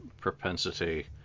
propensity